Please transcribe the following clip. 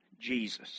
Jesus